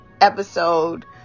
episode